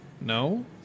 No